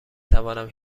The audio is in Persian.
توانم